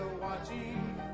watching